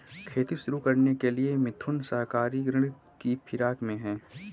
खेती शुरू करने के लिए मिथुन सहकारी ऋण की फिराक में है